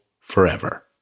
forever